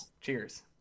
Cheers